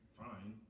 fine